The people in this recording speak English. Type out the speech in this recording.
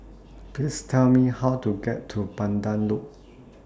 Please Tell Me How to get to Pandan Loop